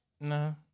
No